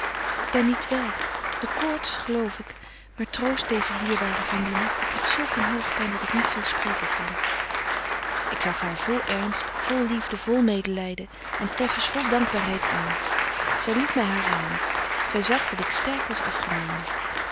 ik ben niet wel de koorts geloof ik maar troost deeze dierbare vriendinnen ik heb zulk een hoofdpyn dat ik niet veel spreken kan ik zag haar vol ernst vol betje wolff en aagje deken historie van mejuffrouw sara burgerhart liefde vol medelyden en teffens vol dankbaarheid aan zy liet my hare hand zy zag dat ik sterk was afgenomen